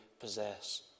possess